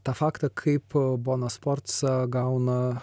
tą faktą kaip bona sforca gauna